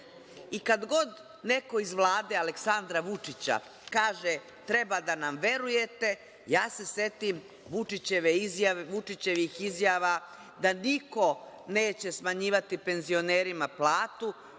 god neko iz Vlade Aleksandra Vučića kaže – treba da nam verujete, ja se setim Vučićevih izjava da niko neće smanjivati penzionerima penziju.